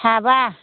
साबा